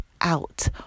out